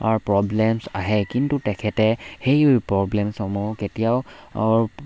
problems আহে কিন্তু তেখেতে সেই প্ৰব্লেমছসমূহ কেতিয়াও